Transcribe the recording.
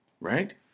right